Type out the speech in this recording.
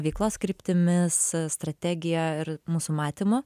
veiklos kryptimis strategija ir mūsų matymu